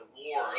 war